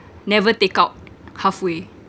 never take out halfway